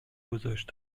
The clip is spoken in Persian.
گذاشت